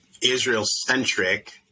Israel-centric